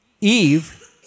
Eve